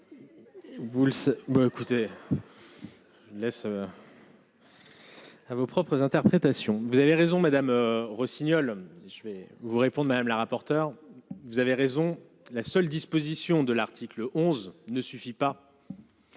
Vous, ben écoutez laisse. à vos propres interprétations, vous avez raison Madame Rossignol je vais vous répond Madame la rapporteure, vous avez raison, la seule dispositions de l'article 11 ne suffit pas.